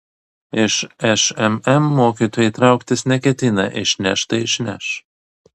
iš šmm mokytojai trauktis neketina išneš tai išneš